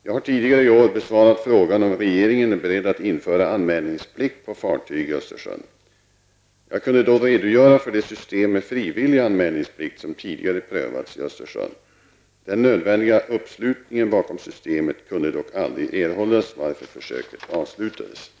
Jag har tidigare i år besvarat frågan om regeringen är beredd att införa anmälningsplikt på fartyg i Östersjön. Jag kunde då redogöra för det system med frivillig anmälningsplikt som tidigare prövats i Östersjön. Den nödvändiga uppslutningen bakom systemet kunde dock aldrig erhållas varför försöket avslutades.